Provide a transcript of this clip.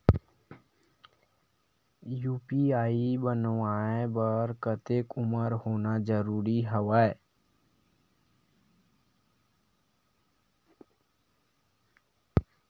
UPI बनवाय बर कतेक उमर होना जरूरी हवय?